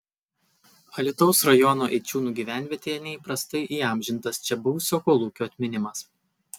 alytaus rajono eičiūnų gyvenvietėje neįprastai įamžintas čia buvusio kolūkio atminimas